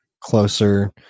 closer